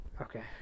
Okay